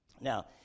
Now